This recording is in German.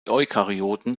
eukaryoten